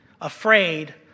afraid